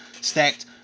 stacked